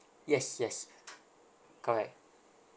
yes yes correct